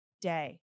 day